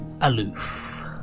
aloof